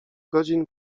godzin